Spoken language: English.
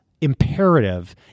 imperative